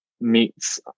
meets